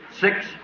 Six